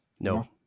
No